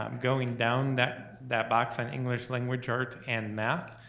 um going down that that box on english, language arts, and math,